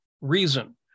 Reason